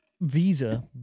visa